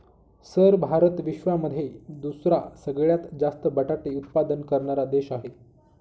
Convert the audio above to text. sir Bharat विश्वामध्ये दुसरा सगळ्यात जास्त बटाटे उत्पादन करणारा देश आहे